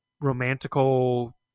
romantical